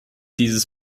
dieses